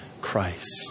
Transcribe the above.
Christ